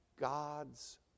God's